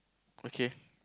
okay